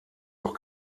doch